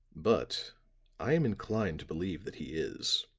but i am inclined to believe that he is.